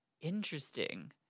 Interesting